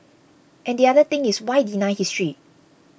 and the other thing is why deny history